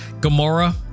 gamora